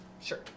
Sure